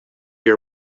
your